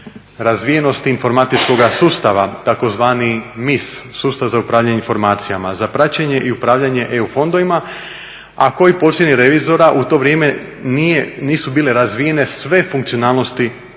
razvijenosti informatičkoga sustava tzv. MIS sustav za upravljanje informacijama, za praćenje i upravljanje EU fondovima a koji …/Govornik se ne razumije./… revizora u to vrijeme nisu bile razvijene sve funkcionalnosti toga